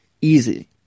Easy